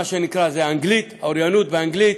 מה שנקרא: אנגלית, אוריינות באנגלית,